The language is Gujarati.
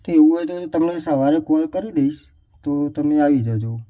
તો એવું હોય તો તમને સવારે કોલ કરી દઈશ તો તમે આવી જજો